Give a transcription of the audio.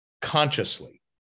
consciously